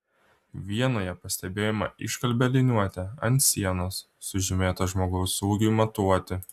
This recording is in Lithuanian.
vienoje pastebėjome iškalbią liniuotę ant sienos sužymėtą žmogaus ūgiui matuoti